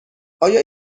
آیا